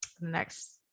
Next